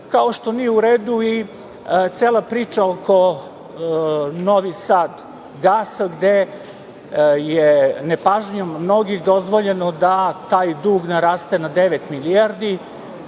kao što nije u redu i cela priča oko „Novi Sad Gasa“ gde je nepažnjom mnogih dozvoljeno da taj dug naraste na devet milijardi